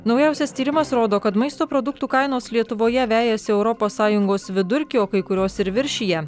naujausias tyrimas rodo kad maisto produktų kainos lietuvoje vejasi europos sąjungos vidurkį o kai kurios ir viršija